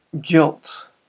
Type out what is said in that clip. guilt